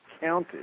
counted